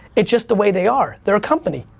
it's just the way they are, they're a company,